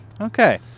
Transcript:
okay